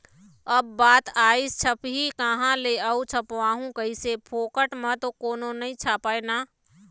अब बात आइस छपही काँहा ले अऊ छपवाहूँ कइसे, फोकट म तो कोनो नइ छापय ना